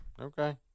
Okay